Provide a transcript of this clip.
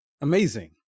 amazing